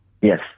Yes